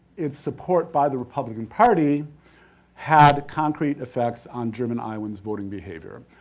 it's support by the republican party had concrete effects on german iowan's voting behavior.